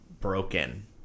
broken